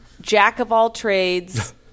jack-of-all-trades